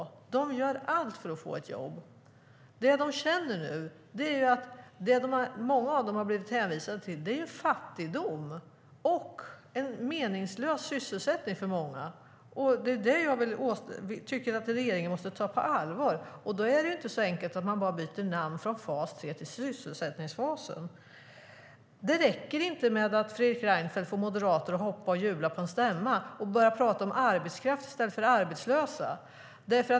De gör allt för att få ett jobb. Nu har många av dessa människor blivit hänvisade till fattigdom och en meningslös sysselsättning. Det tycker jag att regeringen måste ta på allvar, och då är det inte så enkelt som att man bara byter namn från fas 3 till sysselsättningsfasen. Det räcker inte med att Fredrik Reinfeldt får moderater att hoppa och jubla på en partistämma och börjar prata om arbetskraft i stället för arbetslösa.